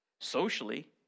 socially